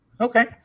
Okay